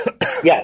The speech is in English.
Yes